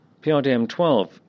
PRDM12